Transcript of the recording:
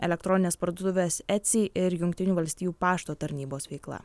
elektroninės parduotuvės etsy ir jungtinių valstijų pašto tarnybos veikla